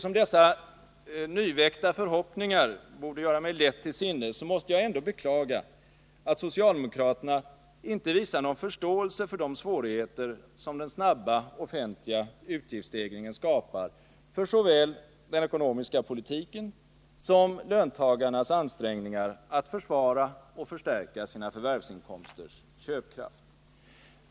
Om dessa nyväckta förhoppningar borde göra mig lätt till sinnes, så måste jag ändå beklaga att socialdemokraterna inte visar någon förståelse för de svårigheter som den snabba offentliga utgiftsstegringen skapar för såväl den ekonomiska politiken som löntagarnas ansträngningar att försvara och förstärka sina förvärvsinkomsters köpkraft.